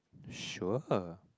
sure